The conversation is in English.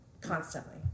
constantly